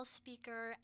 speaker